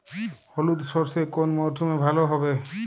হলুদ সর্ষে কোন মরশুমে ভালো হবে?